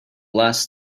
last